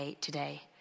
today